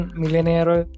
millionaire